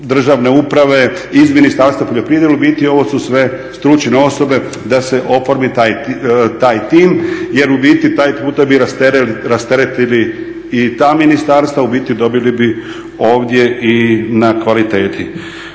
državne uprave, iz Ministarstva poljoprivrede jel u biti ovo su sve stručne osobe da se oformi taj tim jer u biti taj puta bi rasteretili i ta ministarstva i dobili bi ovdje i na kvaliteti.